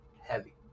heavy